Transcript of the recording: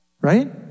right